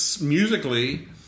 musically